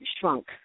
shrunk